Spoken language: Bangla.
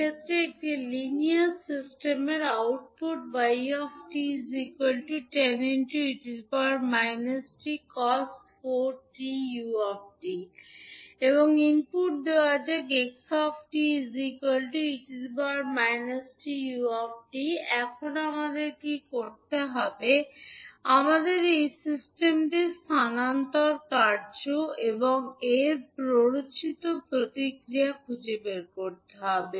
এই ক্ষেত্রে একটি লিনিয়ার সিস্টেমের আউটপুট হয় 𝑦𝑡 10𝑒−𝑡𝑐𝑜𝑠 4𝑡𝑢𝑡 এবং ইনপুট দেওয়া হয় 𝑥𝑡 𝑒−𝑡𝑢𝑡 এখন আমাদের কী করতে হবে আমাদের এই সিস্টেমটির স্থানান্তর কার্য এবং এর প্ররোচিত প্রতিক্রিয়া খুঁজে বের করতে হবে